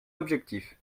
objectifs